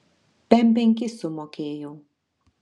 pem penkis sumokėjau